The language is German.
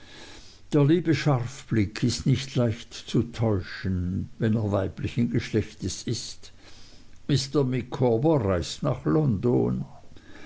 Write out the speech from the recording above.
der liebe scharfblick ist nicht leicht zu täuschen wenn er weiblichen geschlechtes ist mr micawber reist nach london